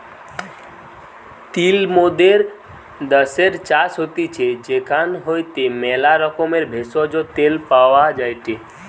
তিল মোদের দ্যাশের চাষ হতিছে সেখান হইতে ম্যালা রকমের ভেষজ, তেল পাওয়া যায়টে